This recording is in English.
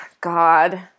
God